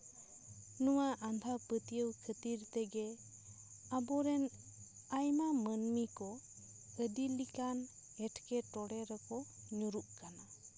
ᱱᱚᱣᱟ ᱟᱸᱫᱷᱟᱯᱟᱹᱛᱭᱟᱹᱣ ᱠᱷᱟᱹᱛᱤᱨ ᱛᱮᱜᱮ ᱟᱵᱚᱨᱮᱱ ᱟᱭᱢᱟ ᱢᱟᱹᱱᱢᱤ ᱠᱚ ᱟᱹᱰᱤ ᱞᱮᱠᱟᱱ ᱮᱴᱮᱴᱚᱲᱮ ᱨᱮᱠᱚ ᱧᱩᱨᱩᱜ ᱠᱟᱱᱟ